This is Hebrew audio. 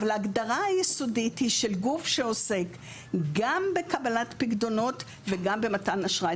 אבל ההגדרה היסודית היא של גוף שעוסק גם בקבלת פיקדונות וגם במתן אשראי.